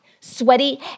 sweaty